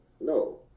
no